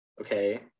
Okay